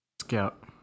Scout